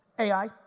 AI